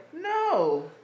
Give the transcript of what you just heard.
no